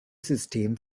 system